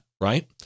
right